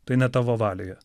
tai ne tavo valioje